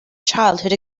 childhood